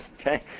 okay